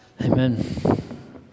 Amen